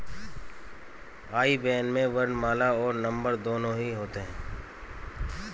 आई ban में वर्णमाला और नंबर दोनों ही होते हैं